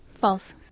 False